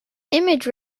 image